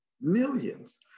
Millions